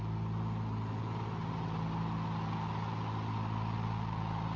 oh